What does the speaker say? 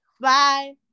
Bye